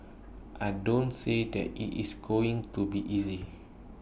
I don't say that IT is going to be easy